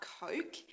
Coke